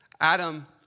Adam